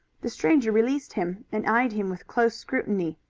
the stranger released him, and eyed him with close scrutiny.